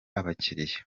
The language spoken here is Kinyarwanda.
abakiriya